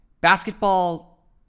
basketball